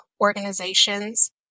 organizations